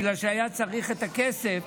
בגלל שהיה צריך את הכסף.